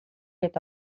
eta